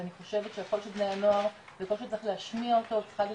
ואני חושבת שהקול של בני הנוער זה קול שצריך להשמיע אותו וצריכה להיות